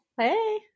Hey